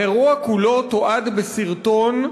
האירוע כולו תועד בסרטון,